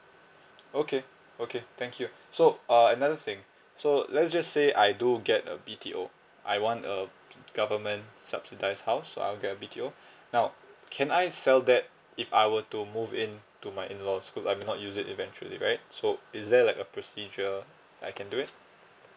okay okay thank you so uh another thing so let's just say I do get a B_T_O I want a government subsidised house so I'll get a B_T_O now can I sell that if I were to move in to my in law's because I will not using it eventually right so is there like a procedure that I can do it